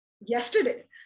yesterday